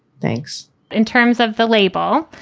thanks in terms of the label,